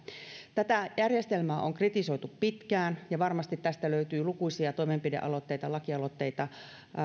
tätä järjestelmää on kritisoitu pitkään ja varmasti tästä löytyy lukuisia toimenpidealoitteita ja lakialoitteita